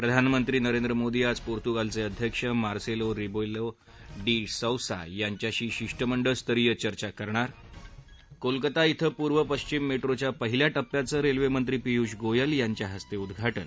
प्रधानमंत्री नरेंद्र मोदी आज पोर्तुगालचे अध्यक्ष मार्सेलो रिबेलो डी सौसा यांच्याशी शिष्टमंडळ स्तरीय चर्चा करणार कोलकाता श्वे पूर्व पश्विम मेट्रोच्या पहिल्या टप्प्याचं रेल्वेमंत्री पियूष गोयल यांच्या हस्ते उद्घाटन